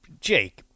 Jake